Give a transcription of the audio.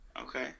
okay